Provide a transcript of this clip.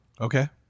Okay